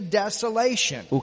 desolation